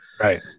Right